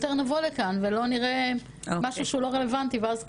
יותר נבוא לכאן ולא נראה משהו שהוא לא רלוונטי ואז,